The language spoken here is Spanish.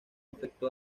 afectó